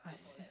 I see